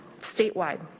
statewide